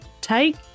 take